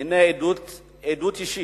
הנה עדות אישית.